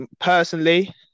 personally